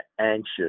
anxious